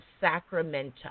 Sacramento